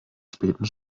späten